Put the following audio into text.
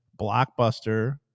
Blockbuster